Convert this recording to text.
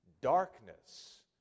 darkness